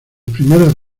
primeros